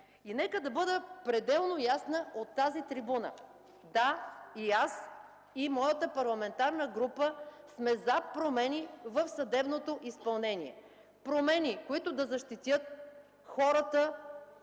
И нека да бъда пределно ясна от тази трибуна: да, и аз, и моята парламентарна група сме за промени в съдебното изпълнение, промени, които да защитят хората